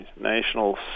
National